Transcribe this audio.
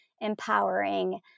empowering